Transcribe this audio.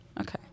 Okay